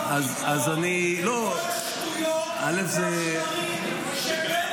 אתה לא חייב לקרוא את כל השטויות והשקרים שבן גביר